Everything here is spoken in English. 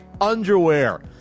underwear